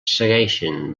segueixen